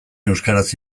euskaraz